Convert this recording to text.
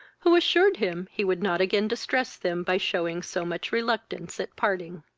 who assured him he would not again distress them by shewing so much reluctance at parting.